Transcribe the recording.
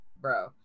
bro